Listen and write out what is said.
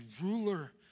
ruler